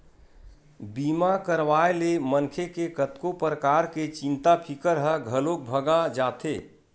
बीमा करवाए ले मनखे के कतको परकार के चिंता फिकर ह घलोक भगा जाथे